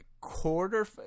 Quarter